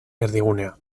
erdigunea